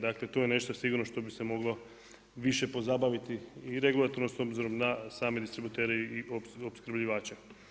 Dakle, tu je nešto sigurno što bi se moglo više pozabaviti i regularnost s obzirnost na sami distributeri i opskrbljivače.